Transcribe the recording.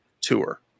tour